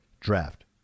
DRAFT